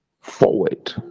forward